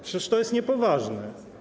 Przecież to jest niepoważne.